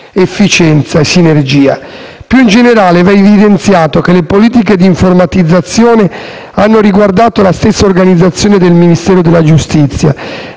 efficienza e sinergia. Più in generale, va evidenziato che le politiche d'informatizzazione hanno riguardato la stessa organizzazione del Ministero della giustizia.